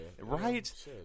Right